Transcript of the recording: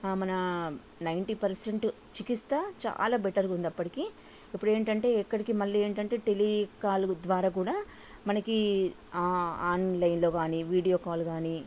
మన ninety percent చికిత్స చాలా బెటర్ ఉంది అప్పటికీ ఇప్పుడు ఏంటంటే ఎక్కడికి మళ్ళీ ఏంటంటే టెలికాల్ ద్వారా కూడా మనకి ఆన్లైన్లో కానీ వీడియో కాల్ కానీ